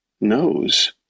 knows